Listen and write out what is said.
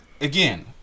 again